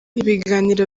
ibiganiro